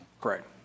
correct